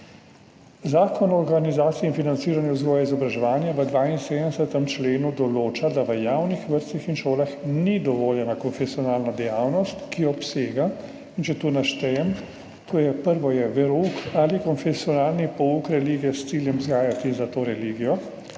Zakon o organizaciji in financiranju vzgoje in izobraževanja v 72. členu določa, da v javnih vrtcih in šolah ni dovoljena konfesionalna dejavnost, ki obsega, če naštejem, prvo je verouk ali konfesionalni pouk religije s ciljem vzgajati za to religijo.